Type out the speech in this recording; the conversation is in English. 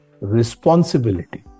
responsibility